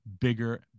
bigger